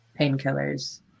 painkillers